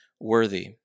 worthy